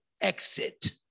exit